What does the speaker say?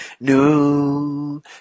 New